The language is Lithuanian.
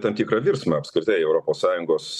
tam tikrą virsmą apskritai europos sąjungos